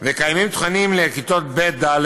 וקיימים תכנים לכיתות ב' ד',